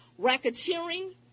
racketeering